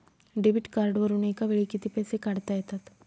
Debit कार्डवरुन एका वेळी किती पैसे काढता येतात?